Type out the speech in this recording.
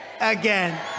again